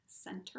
center